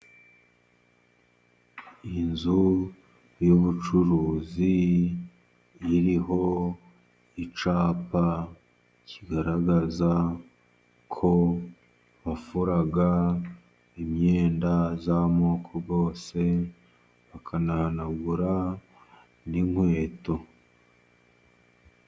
Inzu y'ubucuruzi, iriho icyapa kigaragaza ko bafura imyenda y'amoko yose, bakanahanagura n'inkweto.